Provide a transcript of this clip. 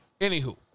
anywho